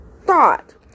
Thought